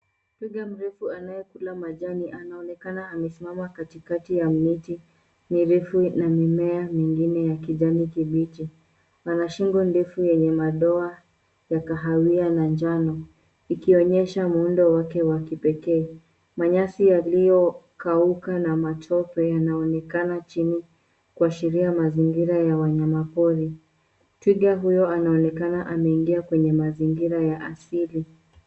Twiga mrefu anayekula majani anaonekana amesimama katikati ya miti mirefu na mimea mingine ya kijani kibichi. Ana shingo ndefu yenye madoa ya kahawia na njano, ikionyesha muundo wake wa kipekee. Manyasi yaliyokauka na matope yanaonekana chini kuashiria mazingira ya wanyama pori. Twiga huyo anaonekana ameingia kwenye mazingira ya asili.